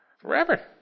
Forever